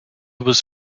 was